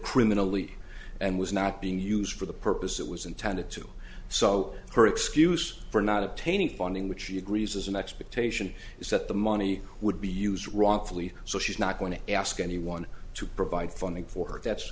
criminally and was not being used for the purpose it was intended to so her excuse for not obtaining funding which she agrees is an expectation is that the money would be use wrongfully so she's not going to ask anyone to provide funding for that's